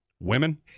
women